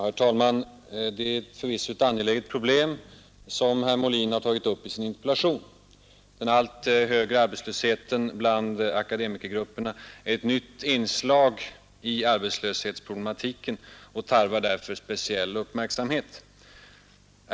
Herr talman! Det är förvisso ett angeläget problem som herr Molin tagit upp i sin interpellation. Den allt högre arbetslösheten bland akademikergruppen är ett nytt inslag i arbetslöshetsproblematiken och tarvar därför speciell uppmärksamhet.